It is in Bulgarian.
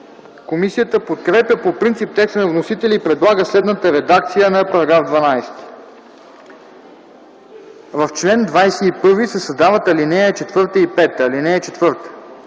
Комисията подкрепя по принцип текста на вносителя и предлага следната редакция на § 12: „§ 12. В чл. 21 се създават ал. 4 и 5: „(4)